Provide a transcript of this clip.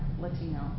Latino